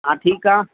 हा ठीकु आहे